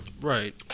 Right